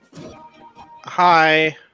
Hi